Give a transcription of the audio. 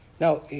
Now